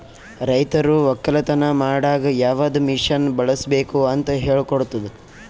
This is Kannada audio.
ರೈತರು ಒಕ್ಕಲತನ ಮಾಡಾಗ್ ಯವದ್ ಮಷೀನ್ ಬಳುಸ್ಬೇಕು ಅಂತ್ ಹೇಳ್ಕೊಡ್ತುದ್